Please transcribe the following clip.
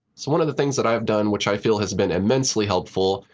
so one of the things that i've done, which i feel has been immensely helpful,